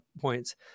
points